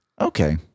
Okay